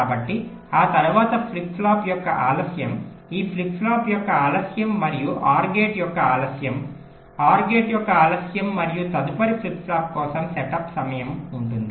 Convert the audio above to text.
కాబట్టి ఆ తరువాత ఫ్లిప్ ఫ్లాప్ యొక్క ఆలస్యం ఈ ఫ్లిప్ ఫ్లాప్ యొక్క ఆలస్యం మరియు OR గేట్ యొక్క ఆలస్యం OR గేట్ యొక్క ఆలస్యం మరియు తదుపరి ఫ్లిప్ ఫ్లాప్ కోసం సెటప్ సమయం ఉంటుంది